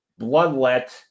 bloodlet